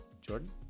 Jordan